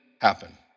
happen